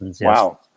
Wow